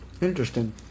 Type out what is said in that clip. Interesting